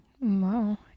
Wow